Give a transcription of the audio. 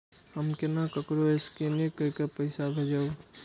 हम केना ककरो स्केने कैके पैसा भेजब?